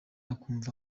ukumva